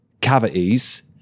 cavities